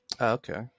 okay